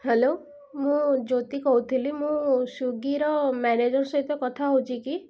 hello ମୁଁ ଜ୍ୟୋତି କହୁଥିଲି ମୁଁ ସ୍ୱିଗୀର ମ୍ୟାନେଜର୍ ସହିତ କଥା ହେଉଛି କି